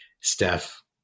Steph